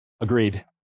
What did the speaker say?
Agreed